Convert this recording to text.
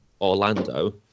Orlando